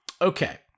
Okay